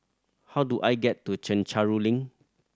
how do I get to Chencharu Link